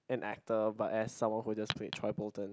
an actor but as someone who just played troy bolton